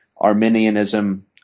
Arminianism